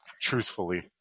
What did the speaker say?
truthfully